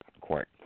court